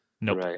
Nope